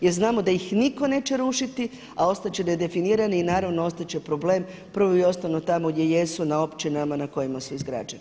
Jer znamo da ih nitko neće rušiti, a ostat će nedefinirane i naravno ostat će problem prvo i osnovno tamo gdje jesu na općinama na kojima su izgrađeni.